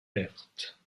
pertes